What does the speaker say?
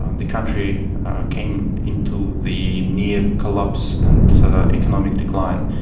and the country came into the near collapse and economic decline.